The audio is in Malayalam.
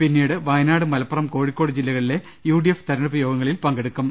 പിന്നീട് വയനാട് മലപ്പുറം കോഴിക്കോട് ജില്ലകളിലെ യുഡിഎഫ് തെരഞ്ഞെടുപ്പ് യോഗങ്ങളിൽ പങ്കെടുക്കും